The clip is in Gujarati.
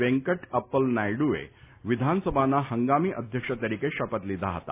વેંકટ અપ્પલ નાયડુએ વિધાનસભાના હંગામી અધ્યક્ષ તરીકે શપથ લીધા હતા